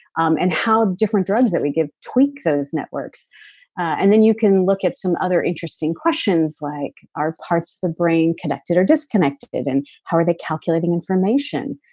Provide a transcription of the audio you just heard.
um and how different drugs that we give tweak those networks and then you can look at some other interesting questions like, are parts of the brain connected or disconnected? and how are they calculating information?